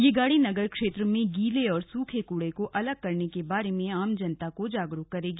यह गाड़ी नगर क्षेत्र में गीले और सूखे कूड़े को अलग करने के बारे में आम जनता को जागरूक करेगी